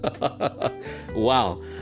Wow